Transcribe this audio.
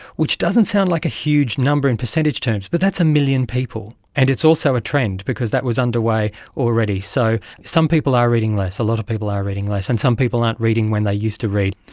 which doesn't sound like a huge number in percentage terms but that's a million people. and it's also a trend, because that was underway already. so some people are reading less, a lot of people are reading less, and some people aren't reading when they used to read.